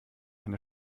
eine